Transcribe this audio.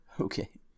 okay